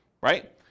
Right